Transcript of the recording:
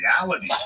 reality